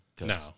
No